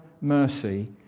mercy